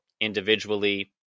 individually